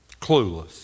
clueless